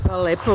Hvala lepo.